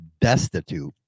destitute